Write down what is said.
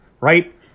right